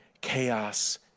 chaos